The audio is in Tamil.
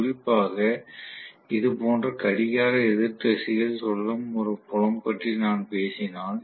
குறிப்பாக இது போன்ற கடிகார எதிர் திசையில் சுழலும் ஒரு புலம் பற்றி நான் பேசினால்